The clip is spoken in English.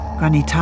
Granny